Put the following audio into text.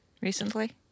recently